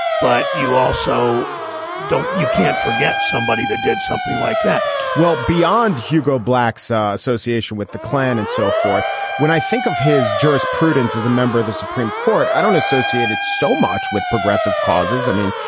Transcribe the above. but you also don't you can't forget somebody that did something like that well beyond hugo black's ah association with the klan and so forth when i think of his jurisprudence as a member of the supreme court, i don't associate it so much with progressive causes. i mean,